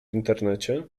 internecie